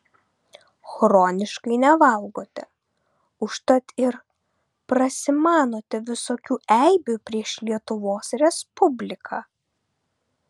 chroniškai nevalgote užtat ir prasimanote visokių eibių prieš lietuvos respubliką